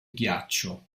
ghiaccio